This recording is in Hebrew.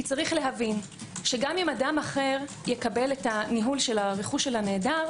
כי יש להבין - גם אם אדם אחר יקבל את ניהול רכוש הנעדר,